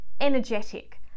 energetic